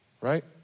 Right